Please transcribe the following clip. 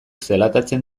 zelatatzen